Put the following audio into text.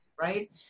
right